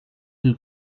die